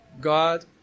God